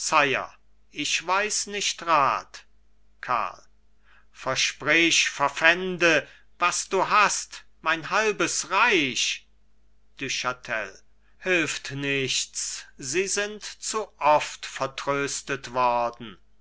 ich weiß nicht rat karl versprich verpfände was du hast mein halbes reich du chatel hilft nichts sie sind zu oft vertröstet worden